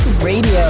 Radio